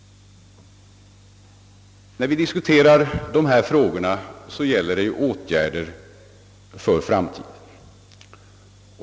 När vi diskuterar dessa frågor, gäller det åtgärder för framtiden.